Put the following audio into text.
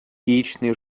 яичный